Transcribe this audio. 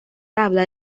tabla